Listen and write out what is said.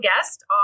guest